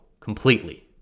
completely